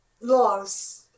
Laws